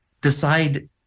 decide